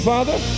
Father